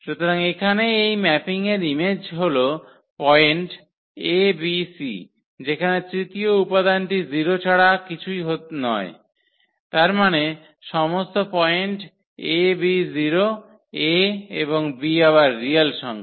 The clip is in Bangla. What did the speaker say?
সুতরাং এখানে এই ম্যাপিং এর ইমেজ হল পয়েন্ট abc যেখানে তৃতীয় উপাদানটি 0 ছাড়া আর কিছুই নয় তার মানে সমস্ত পয়েন্ট ab0 a এবং b আবার রিয়াল সংখ্যা